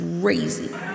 crazy